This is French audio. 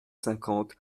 cinquante